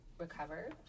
recover